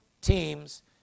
teams